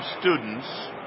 students